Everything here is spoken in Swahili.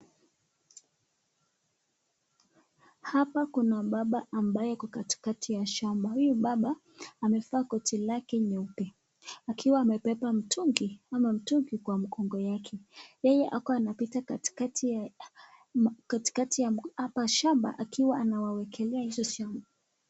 Hapa kuna baba ambaye yuko katikati ya shamba. Huyu baba amevaa koti lake nyupe akiwa amebeba mtungi ama mtungi kwa mkongo wake. Yeye akuwa anapita katikati ya hapa shamba akiwa anawawekelelea hizo shamba.